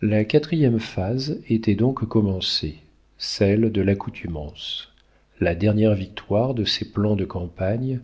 la quatrième phase était donc commencée celle de l'accoutumance la dernière victoire de ces plans de campagne